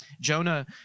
Jonah